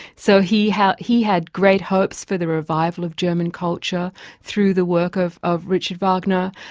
so he had he had great hopes for the revival of german culture through the work of of richard wagner,